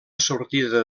sortida